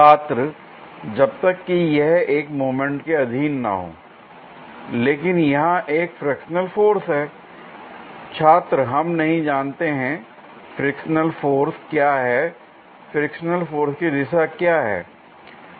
छात्र जब तक कि यह एक मूवमेंट के अधीन ना हो l लेकिन यहां एक फ्रिक्शनल फोर्स है l छात्र हम नहीं जानते हैं फ्रिक्शनल फोर्स क्या है फ्रिक्शनल फोर्स की दिशा क्या है